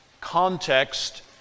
context